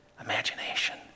imagination